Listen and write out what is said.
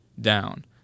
down